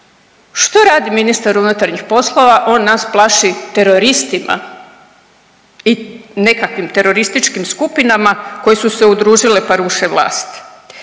što radi ministar unutarnjih poslova? On nas plaši teroristima i nekakvim terorističkim skupinama koje su se udružile pa ruše vlast,